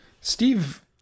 Steve